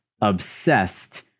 obsessed